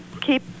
keep